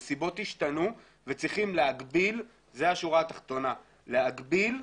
הנסיבות השתנו וצריכים להגביל זאת השורה התחתנה את